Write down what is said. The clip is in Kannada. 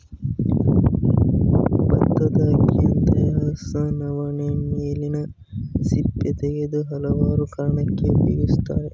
ಬತ್ತದ ಅಕ್ಕಿಯಂತಿರೊ ನವಣೆ ಮೇಲಿನ ಸಿಪ್ಪೆ ತೆಗೆದು ಹಲವಾರು ಕಾರಣಕ್ಕೆ ಉಪಯೋಗಿಸ್ತರೆ